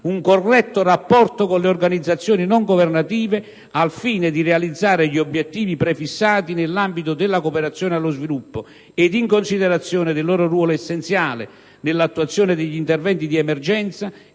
un corretto rapporto con le organizzazioni non governative, al fine di realizzare gli obiettivi prefissati nell'ambito della cooperazione allo sviluppo ed in considerazione del loro ruolo essenziale nell'attuazione degli interventi di emergenza